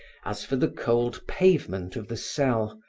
as for the cold pavement of the cell,